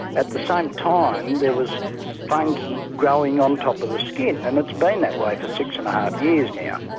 at the same time there was fungi growing on top of the skin and it's been that way for six and a half years now.